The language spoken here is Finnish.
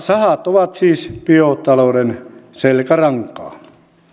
sahat ovat siis biotalouden selkärankaa